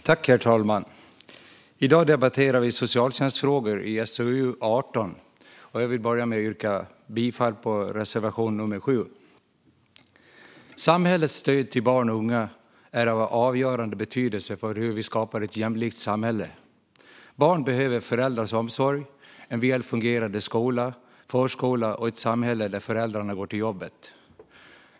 Socialtjänstfrågor - barn och unga Herr talman! I dag debatterar vi socialutskottets betänkande 18 om socialtjänstfrågor. Jag vill börja med att yrka bifall till reservation 7. Samhällets stöd till barn och unga är av avgörande betydelse för hur vi skapar ett jämlikt samhälle. Barn behöver föräldrars omsorg, en väl fungerande skola, förskola och ett samhälle där föräldrarna går till jobbet.